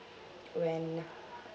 when